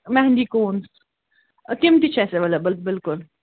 مٮ۪ہنٛدی کون تِم تہِ چھِ اَسہِ اٮ۪ویلیبٕل بِلکُل